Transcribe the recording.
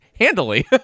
handily